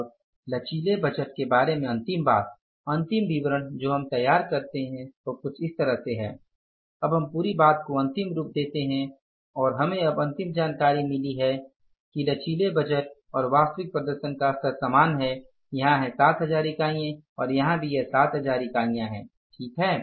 अब लचीले बजट के बारे में अंतिम बात अंतिम विवरण जो हम तैयार करते हैं वह कुछ इस तरह है अब हम पूरी बात को अंतिम रूप देते हैं और हमें अब अंतिम जानकारी मिली है कि लचीले बजट और वास्तविक प्रदर्शन का स्तर समान है यहाँ है 7000 इकाइयाँ हैं यहाँ भी यह 7000 इकाइयाँ हैं ठीक है